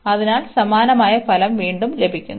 അതിനാൽ സമാനമായ ഫലം വീണ്ടും ലഭിക്കുന്നു